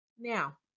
Now